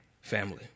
family